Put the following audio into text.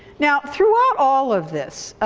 now throughout all of this,